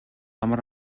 амар